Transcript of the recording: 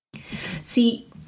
See